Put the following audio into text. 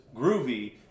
groovy